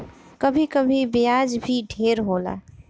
कभी कभी ब्याज भी ढेर होला